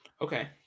okay